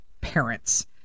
parents